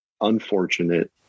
unfortunate